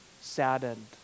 saddened